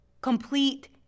complete